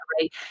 right